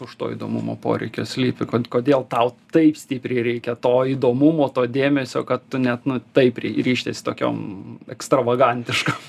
už to įdomumo poreikio slypi kodėl tau taip stipriai reikia to įdomumo to dėmesio kad tu ne nu taip ryžties tokiom ekstravagantiškom